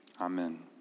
Amen